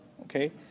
Okay